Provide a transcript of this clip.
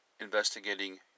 investigating